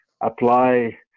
apply